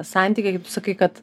santykį kaip sakai kad